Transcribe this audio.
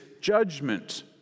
judgment